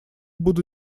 буду